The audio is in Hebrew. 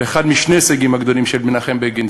אחד משני הישגים גדולים של מנחם בגין,